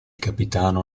capitano